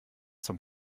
zum